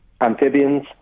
amphibians